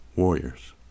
warriors